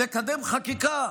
לקדם חקיקה,